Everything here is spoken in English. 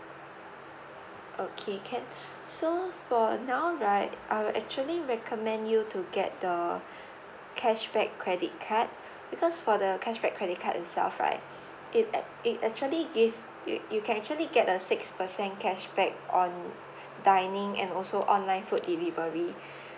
okay can so for now right I would actually recommend you to get the cashback credit card because for the cashback credit card itself right it ac~ it actually give you you can actually get a six percent cashback on dining and also online food delivery